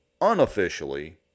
unofficially